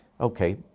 Okay